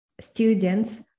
students